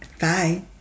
Bye